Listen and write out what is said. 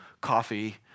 coffee